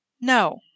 No